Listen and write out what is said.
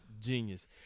genius